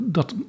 dat